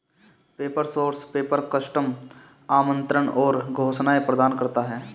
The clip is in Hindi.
पेपर सोर्स पेपर, कस्टम आमंत्रण और घोषणाएं प्रदान करता है